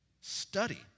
study